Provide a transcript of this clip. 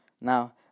Now